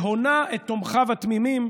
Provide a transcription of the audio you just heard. והונה את תומכיו התמימים,